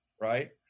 right